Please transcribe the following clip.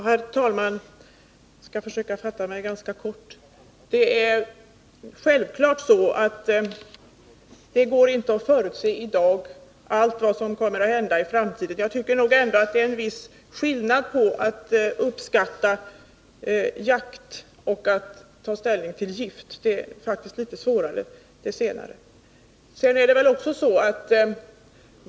Herr talman! Jag skall försöka fatta mig ganska kort. Skydd för sälstam Det går naturligtvis inte att i dag förutse allt vad som kommer att hända i framtiden. Jag tycker dock att det är en viss skillnad på att uppskatta jakt och att ta ställning till gift. Det senare är faktiskt litet svårare.